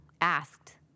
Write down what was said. asked